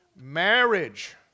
Marriage